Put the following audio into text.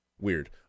Weird